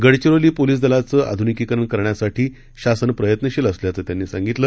गडचिरोलीपोलिसदलाचंआधुनिकीकरणकरण्यासाठीशासनप्रयत्नशीलअसल्याचंत्यांनी सांगितलं